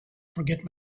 forget